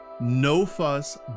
no-fuss